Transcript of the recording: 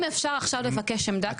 אפשר עכשיו לבקש עמדה כזאת שתמציאו לנו?